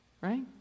right